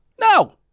No